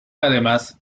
además